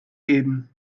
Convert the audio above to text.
eben